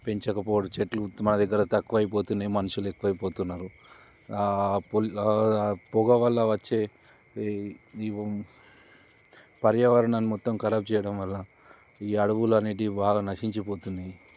పెంచకపోవడం చెట్లు మన దగ్గర తక్కువ అయిపోతున్నాయి మనుషులు ఎక్కువైపోతున్నారు పొగ వల్ల వచ్చే ఈ పర్యావరణాన్ని మొత్తం కరాబ్ చేయడం వల్ల ఈ అడవులు అనేటివి బాగా నశించిపోతున్నాయి